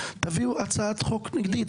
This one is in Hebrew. תביאו הצעת חוק נגדית.